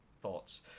Thoughts